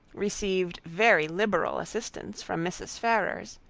received very liberal assistance from mrs. ferrars,